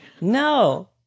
No